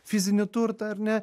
fizinį turtą ar ne